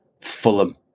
Fulham